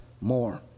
more